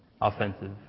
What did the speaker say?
offensive